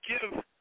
give